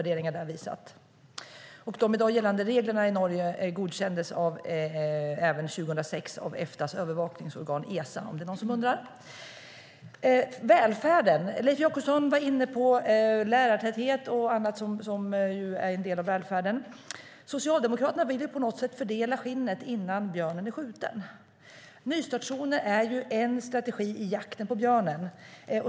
De i dag gällande reglerna i Norge godkändes 2006 av Eftas övervakningsorgan Esa, om det är någon som undrar. Beträffande välfärden: Leif Jakobsson var inne på lärartäthet och annat, som är en del av välfärden. Socialdemokraterna vill på något sätt fördela skinnet innan björnen är skjuten. Nystartszoner är en strategi i jakten på björnen.